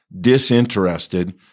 disinterested